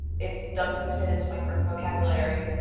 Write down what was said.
it doesn't fit into my vocabulary.